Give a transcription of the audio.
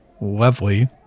lovely